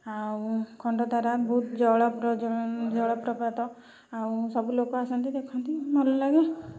ଆଉ ଖଣ୍ଡ ତାରା ବହୁତ ଜଳ ପ୍ରଜ ଜଳ ପ୍ରପାତ ଆଉ ସବୁଲୋକ ଆସନ୍ତି ଦେଖନ୍ତି ଭଲ ଲାଗେ